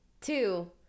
Two